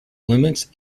limits